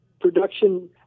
production